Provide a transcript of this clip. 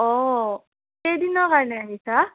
অঁ কেইদিনৰ কাৰণে আহিছা